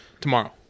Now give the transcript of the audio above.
tomorrow